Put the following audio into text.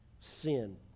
sin